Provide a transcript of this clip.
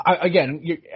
again